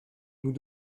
nous